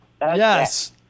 Yes